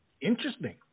interesting